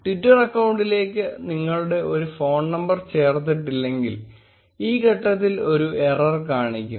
Twitter അക്കൌണ്ടിലേക്ക് നിങ്ങളുടെ phone number ചേർത്തിട്ടില്ലെങ്കിൽ ഈ ഘട്ടത്തിൽ ഒരു എറർ കാണിക്കും